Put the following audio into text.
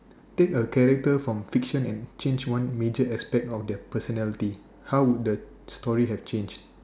take a character from fiction and change one major aspect of their personality how would the story have changed